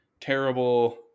terrible